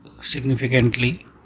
significantly